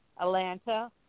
Atlanta